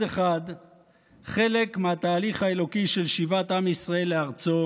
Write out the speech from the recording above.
אחד חלק מהתהליך האלוקי של שיבת עם ישראל לארצו